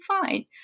fine